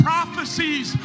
prophecies